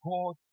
God